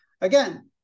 again